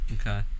okay